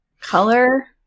Color